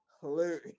hilarious